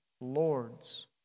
lords